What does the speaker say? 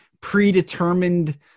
predetermined